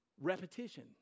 Repetition